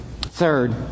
Third